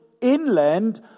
inland